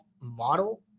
model